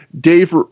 Dave